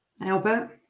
Albert